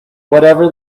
whatever